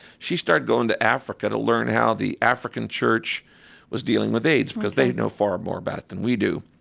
she started going to africa to learn how the african church was dealing with aids ok because they know far more about it than we do.